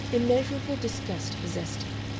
immeasurable disgust possessed her.